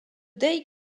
day